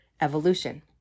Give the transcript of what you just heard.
evolution